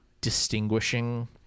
distinguishing